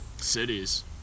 cities